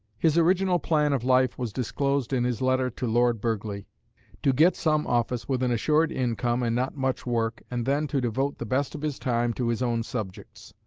his original plan of life was disclosed in his letter to lord burghley to get some office with an assured income and not much work, and then to devote the best of his time to his own subjects.